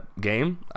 game